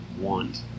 want